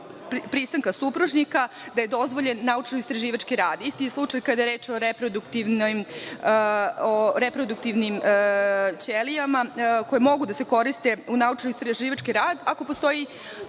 pristanka supružnika da je dozvoljen naučno-istraživački rad. Isti je slučaj kada je reč o reproduktivnim ćelijama koje mogu da se koriste u naučno-istraživački rad, ako postoji